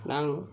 நாங்க